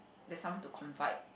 there's someone to confide